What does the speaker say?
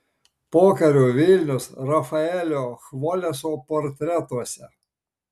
pokario vilnius rafaelio chvoleso portretuose